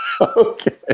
Okay